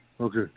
Okay